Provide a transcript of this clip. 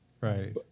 Right